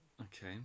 Okay